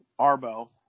Arbo